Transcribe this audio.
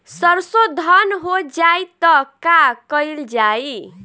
सरसो धन हो जाई त का कयील जाई?